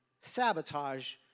sabotage